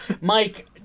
Mike